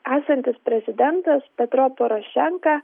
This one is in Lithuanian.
esantis prezidentas petro porošenka